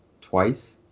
twice